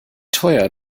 teuer